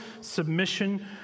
submission